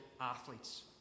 athletes